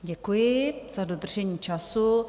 Děkuji za dodržení času.